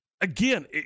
Again